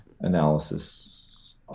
analysis